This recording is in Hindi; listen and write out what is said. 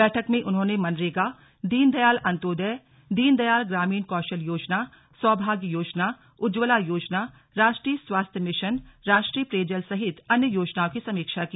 बैठक में उन्होंने मनरेगा दीनदयाल अन्तोदय दीनदयाल ग्रामीण कौशल योजना सौभाग्य योजना उज्जवला योजना राष्ट्रीय स्वास्थ्य मिशन राष्ट्रीय पेयजल सहित अन्य योजनाओं की समीक्षा की